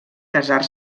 casar